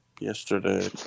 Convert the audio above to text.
Yesterday